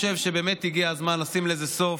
אני חושב שבאמת הגיע הזמן לשים לזה סוף.